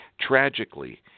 Tragically